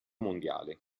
mondiale